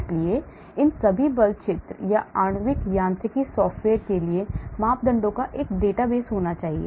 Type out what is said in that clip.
इसलिए इन सभी बल क्षेत्र या आणविक यांत्रिकी सॉफ्टवेयर के लिए मापदंडों का एक डेटाबेस होना चाहिए